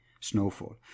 Snowfall